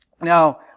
Now